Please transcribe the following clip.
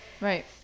right